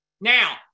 Now